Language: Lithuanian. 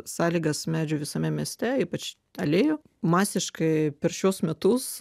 sąlygas medžių visame mieste ypač alėjų masiškai per šiuos metus